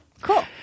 cool